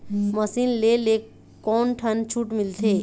Machine ले ले कोन ठन छूट मिलथे?